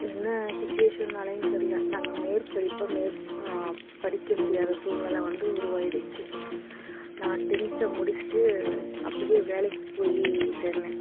என்ன சுச்சுவேஷன்னாலேயும் தெரியல நாங்கள் மேற்படிப்பை மேற் படிக்க முடியாத சூழ்நிலை வந்து உருவாகிடுச்சி நான் டென்த்தை முடிச்சுட்டு அப்படியே வேலைக்கு போய் சேர்ந்தேன்